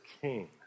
king